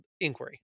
inquiry